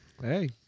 Hey